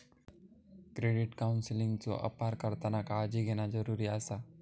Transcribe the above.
credit काउन्सेलिंगचो अपार करताना काळजी घेणा जरुरी आसा